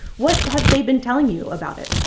what have they been telling you about it?